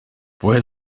woher